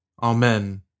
Amen